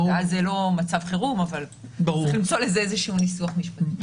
ואז זה לא מצב חירום אבל צריך למצוא לזה איזשהו ניסוח משפטי.